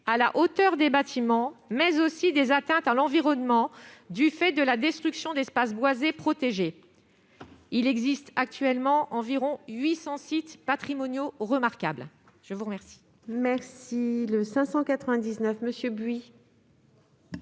à la hauteur des bâtiments, mais aussi des atteintes à l'environnement du fait de la destruction d'espaces boisés protégés. Il existe actuellement environ 800 sites patrimoniaux remarquables. La parole